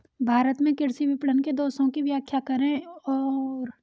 भारत में कृषि विपणन के दोषों की व्याख्या करें इन्हें दूर करने के लिए क्या कदम उठाए गए हैं?